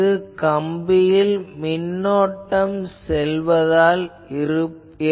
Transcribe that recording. இது கம்பியில் மின்னோட்டம் செல்வதால் உருவாகிறது